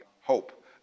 hope